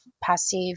passive